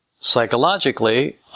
Psychologically